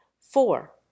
four